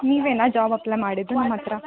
ನೀವೇನ job apply ಮಾಡಿದ್ದು ನಮ್ಮ ಹತ್ತಿರ